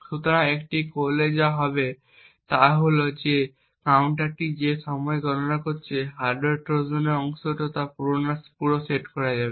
সুতরাং এটি করলে যা হবে তা হল যে কাউন্টারটি যেটি সময় গণনা করছে এবং হার্ডওয়্যার ট্রোজানের অংশ তাও পুনরায় সেট করা হবে